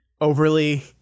overly